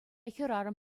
хӗрарӑм